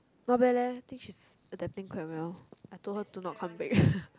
not bad leh I think she is adapting quite well I told her do not come back